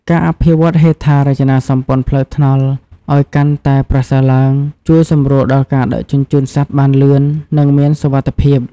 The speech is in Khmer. ការអភិវឌ្ឍហេដ្ឋារចនាសម្ព័ន្ធផ្លូវថ្នល់ឱ្យកាន់តែប្រសើរឡើង ជួយសម្រួលដល់ការដឹកជញ្ជូនសត្វបានលឿន និងមានសុវត្ថិភាព។